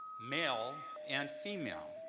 male and female,